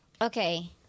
Okay